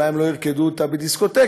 אולי הם לא ירקדו אותה בדיסקוטקים,